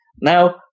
now